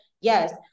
yes